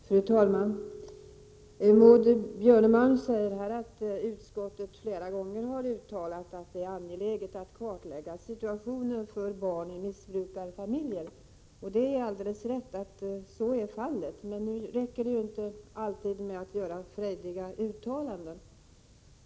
Fru talman! Maud Björnemalm säger att utskottet flera gånger har uttalat att det är angeläget att kartlägga situationen för barn i missbrukarfamiljer. Det är riktigt, men det räcker inte alltid med att göra frejdiga uttalanden.